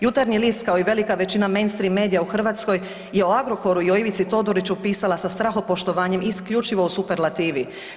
Jutarnji list kao i velika većina mainstream medija u Hrvatskoj je o Agrokoru i o Ivici Todoriću pisala sa strahopoštovanjem i isključivo u superlativi.